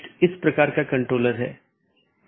इसपर हम फिर से चर्चा करेंगे